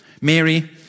Mary